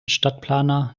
stadtplaner